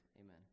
Amen